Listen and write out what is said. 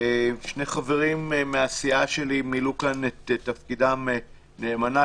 שני חברים מהסיעה שלי מילאו את תפקידם נאמנה.